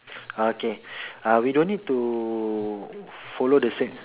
okay uh we don't need to follow the same